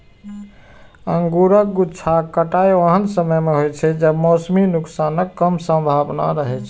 अंगूरक गुच्छाक कटाइ ओहन समय मे होइ छै, जब मौसमी नुकसानक कम संभावना रहै छै